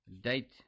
date